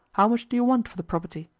how much do you want for the property?